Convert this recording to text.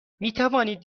میتوانید